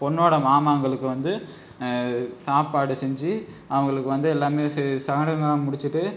பொண்ணோடய மாமாங்களுக்கு வந்து சாப்பாடு செஞ்சு அவங்களுக்கு வந்து எல்லாமே செ சடங்குலாம் முடித்திட்டு